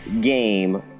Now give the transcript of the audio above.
game